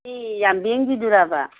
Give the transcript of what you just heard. ꯁꯤ ꯌꯥꯝꯕꯦꯝꯒꯤꯗꯨꯔꯥꯕ